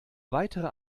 weitere